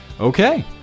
okay